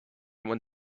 when